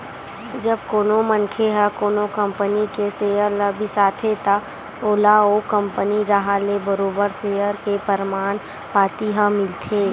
जब कोनो मनखे ह कोनो कंपनी के सेयर ल बिसाथे त ओला ओ कंपनी डाहर ले बरोबर सेयर के परमान पाती ह मिलथे